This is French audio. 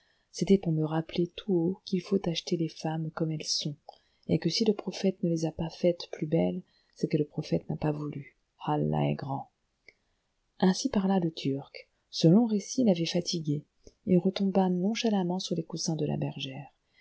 c'était pour me rappeler tout haut qu'il faut acheter les femmes comme elles sont et que si le prophète ne les a pas faites plus belles c'est que le prophète n'a pas voulu allah est grand ainsi parla le turc ce long récit l'avait fatigué il retomba nonchalamment sur les coussins de la bergère